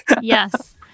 Yes